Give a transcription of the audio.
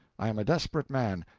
i am a desperate man.